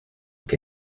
que